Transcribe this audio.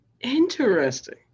Interesting